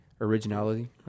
Originality